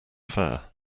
fare